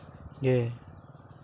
ᱜᱮ